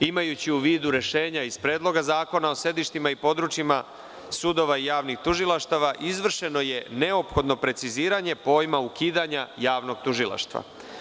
Imajući u vidu rešenja iz Predloga zakona o sedištima i područjima sudova i javnih tužilaštava, izvršeno je neophodno preciziranje pojma ukidanja javnog tužilaštva.